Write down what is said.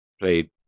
played